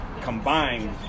combined